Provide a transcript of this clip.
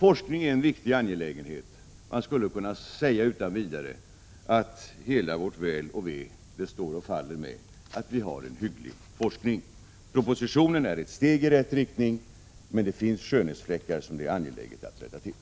Forskningen är en viktig angelägenhet. Man skulle utan vidare kunna säga att hela vårt väl och ve står och faller med att vi har en hygglig forskning. Propositionen är ett steg i rätt riktning. Det finns dock skönhetsfläckar som det är angeläget att rätta till.